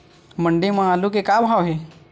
मंडी म आलू के का भाव हे?